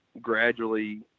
gradually